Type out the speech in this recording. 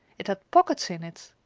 it had pockets in it!